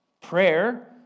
prayer